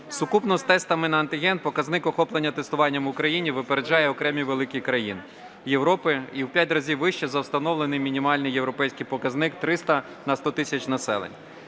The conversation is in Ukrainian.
Сукупно з тестами на антиген показник охоплення тестуванням в Україні випереджає окремі великі країни Європи і в 5 разів вище за встановлений мінімальний європейський показник – 300 на 100 тисяч населення.